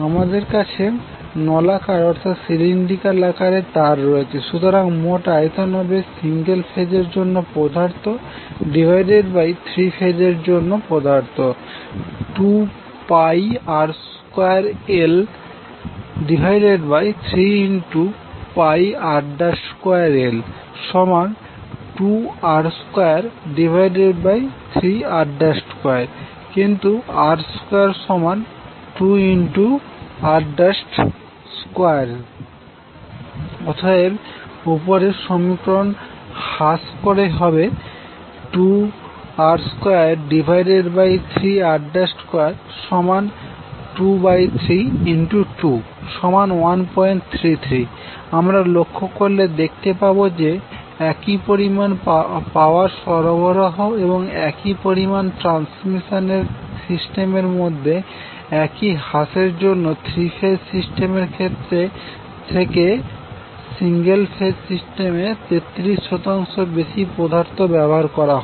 আমাদের কাছে নলাকার অর্থাৎ সিলিন্ড্রিক্যাল আকারের তার রয়েছে সুতরাং মোট আয়তন হবে সিঙ্গেল ফেজের জন্য পদার্থথ্রি ফেজের জন্য পদার্থ2πr2l3πr2l2r23r2 কিন্তু r22r2 অতএব উপরের সমীকরণ হ্রাস করে হবে 2r23r2232133 আমরা লক্ষ্য করলে দেখতে পাবো যে একই পরিমান পাওয়ার সরবরাহ এবং একই পরিমান ত্রান্সমিশন সিস্টেমের মধ্যে একই হ্রাসের জন্য থ্রি ফেজ সিস্টেমের থেকে সিঙ্গেল ফেজ সিস্টেমে 33 শতাংশ বেশি পদার্থ ব্যবহার করা হয়